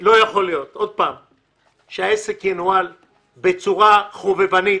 לא יכול להיות שהעסק ינוהל בצורה חובבנית,